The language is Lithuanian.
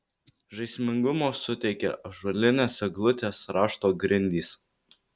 žaismingumo suteikia ąžuolinės eglutės rašto grindys